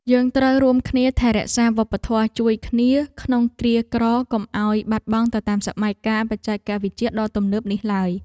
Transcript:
យើងត្រូវរួមគ្នាថែរក្សាវប្បធម៌ជួយគ្នាក្នុងគ្រាក្រកុំឱ្យបាត់បង់ទៅតាមសម័យកាលបច្ចេកវិទ្យាដ៏ទំនើបនេះឡើយ។